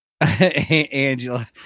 Angela